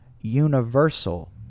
universal